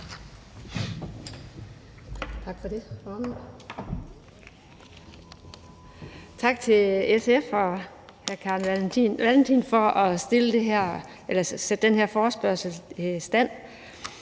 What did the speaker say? Tak for det,